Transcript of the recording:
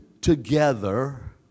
together